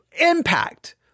impact